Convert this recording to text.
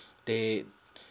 they